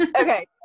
Okay